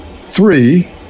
Three